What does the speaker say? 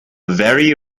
very